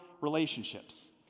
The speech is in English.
relationships